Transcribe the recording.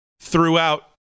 throughout